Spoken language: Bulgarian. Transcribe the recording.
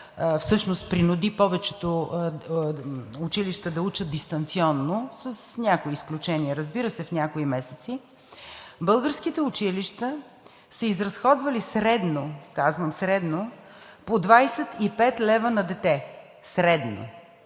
всъщност принуди повечето училища да учат дистанционно с някои изключения. Разбира се, в някои месеци българските училища са изразходвали средно, казвам средно, по 25 лв. на дете. Има